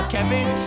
Kevin